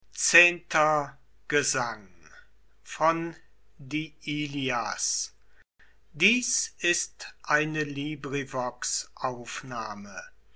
dies ist dir